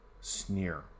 sneer